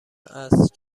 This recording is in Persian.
است